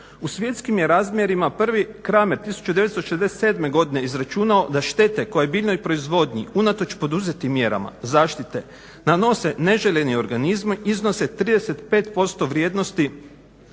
U svjetskim je razmjerima prvi …/Govornik se ne razumije./… 1967. godine izračunao da štete koje biljnoj proizvodnji unatoč poduzetim mjerama zaštite nanose neželjeni organizmi iznose 35% vrijednosti